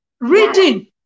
reading